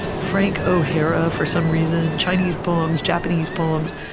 frank o'hara, for some reason, chinese poems, japanese poems.